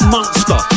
Monster